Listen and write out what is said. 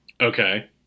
Okay